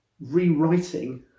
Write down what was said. rewriting